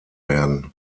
werden